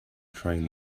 train